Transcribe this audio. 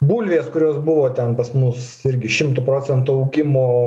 bulvės kurios buvo ten pas mus irgi šimtu procentų augimo